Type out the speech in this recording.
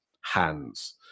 hands